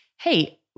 hey